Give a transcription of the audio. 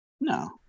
No